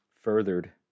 furthered